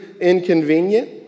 inconvenient